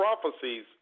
prophecies